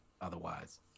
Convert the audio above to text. otherwise